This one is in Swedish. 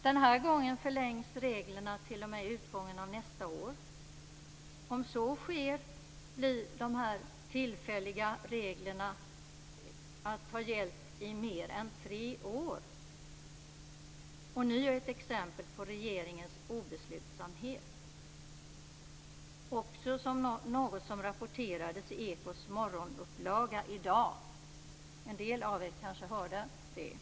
Den här gången förlängs reglerna t.o.m. utgången av nästa år. Om så sker kommer alltså dessa "tillfälliga" regler att ha gällt i mer än tre år. Ånyo ett exempel på regeringens obeslutsamhet! Det är något som också rapporterades i Ekots morgonupplaga i dag - en del av er kanske hörde det.